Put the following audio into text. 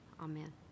amen